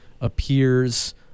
appears